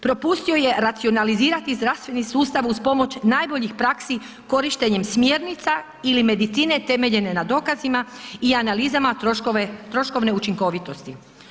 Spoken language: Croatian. Propustio je racionalizirati zdravstveni sustav uz pomoć najboljih praksi korištenjem smjernica ili medicine temeljene na dokazima i analizama troškovne učinkovitosti.